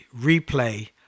replay